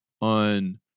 on